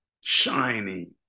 shiny